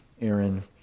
Aaron